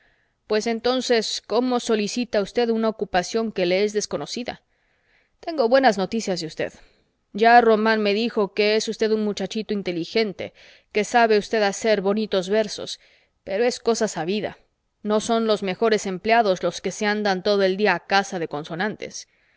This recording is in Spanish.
pues entonces cómo solicita usted una ocupación que le es desconocida tengo buenas noticias de usted ya román me dijo que es usted un muchachito inteligente que sabe usted hacer bonitos versos pero es cosa sabida no son los mejores empleados los que se andan todo el día a caza de consonantes